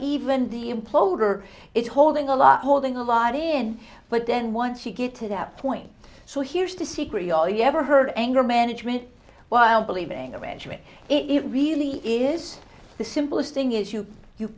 even the implode or it's holding a lot holding a lot in but then once you get it out point so here's the secret you all you ever heard anger management while believing arrangement it really is the simplest thing is you you